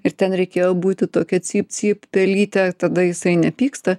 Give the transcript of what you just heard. ir ten reikėjo būti tokia cypt cypt pelyte tada jisai nepyksta